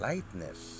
Lightness